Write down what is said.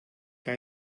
que